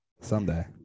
Someday